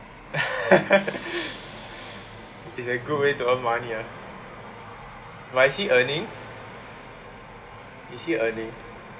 it is a good way to earn money ah but is he earning is he earning